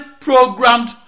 programmed